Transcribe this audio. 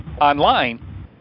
online